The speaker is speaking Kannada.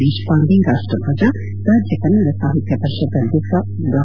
ದೇಶಪಾಂಡೆ ರಾಷ್ಟ್ರಧ್ವಜ ರಾಜ್ಯ ಕನ್ನಡ ಸಾಹಿತ್ಯ ಪರಿಷತ್ ಅಧ್ಯಕ್ಷ ಡಾ